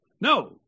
No